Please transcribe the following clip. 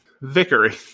Vickery